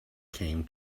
came